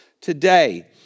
today